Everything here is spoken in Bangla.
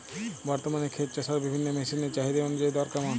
বর্তমানে ক্ষেত চষার বিভিন্ন মেশিন এর চাহিদা অনুযায়ী দর কেমন?